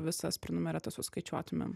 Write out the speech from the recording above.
visas prenumeratas suskaičiuotumėme